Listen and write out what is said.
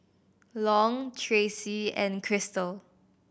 Long Tracy and Chrystal